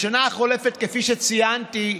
בשנה החולפת, כפי שציינתי,